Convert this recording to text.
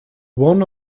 one